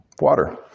Water